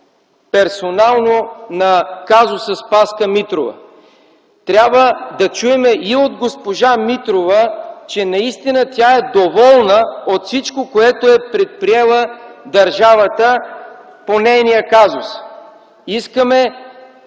персонално на „казуса Спаска Митрова”. Трябва да чуем и от госпожа Митрова, че тя е доволна от всичко, което е предприела държавата по нейния казус. Искаме